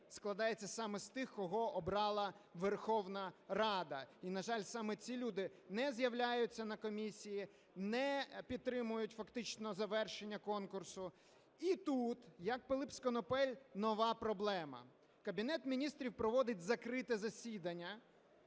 складається саме з тих, кого обрала Верховна Рада, і, на жаль, саме ці люди не з'являються на комісії, не підтримують фактично завершення конкурсу. І тут, як Пилип з конопель, нова проблема. Кабінет Міністрів проводить закрите засідання